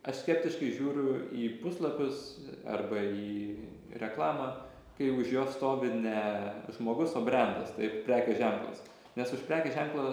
aš skeptiškai žiūriu į puslapius arba į reklamą kai už jos stovi ne žmogus o brendas taip prekės ženklas nes už prekės ženklo